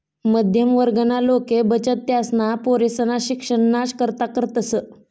मध्यम वर्गना लोके बचत त्यासना पोरेसना शिक्षणना करता करतस